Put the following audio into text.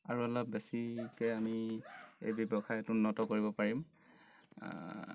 আৰু অলপ বেছিকৈ আমি এই ব্যৱসায়টো উন্নত কৰিব পাৰিম